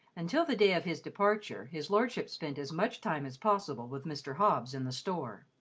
until the day of his departure, his lordship spent as much time as possible with mr. hobbs in the store.